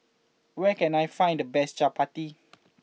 where can I find the best Chappati